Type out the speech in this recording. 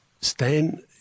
Stan